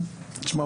תשמע,